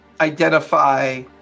identify